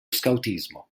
scautismo